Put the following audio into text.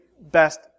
best